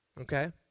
okay